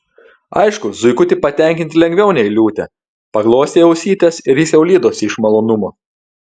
aišku zuikutį patenkinti lengviau nei liūtę paglostei ausytes ir jis jau lydosi iš malonumo